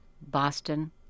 boston